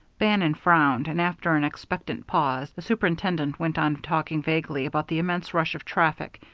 bannon frowned, and after an expectant pause, the superintendent went on talking vaguely about the immense rush of traffic.